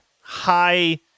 high